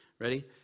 Ready